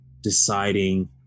deciding